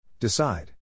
Decide